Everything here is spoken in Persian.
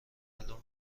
معلوم